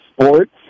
Sports